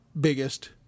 biggest